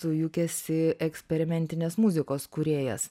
tu juk esi eksperimentinės muzikos kūrėjas